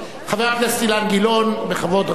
חבר הכנסת אילן גילאון, בכבוד רב.